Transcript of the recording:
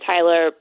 Tyler